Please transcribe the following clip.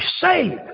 saved